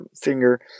Finger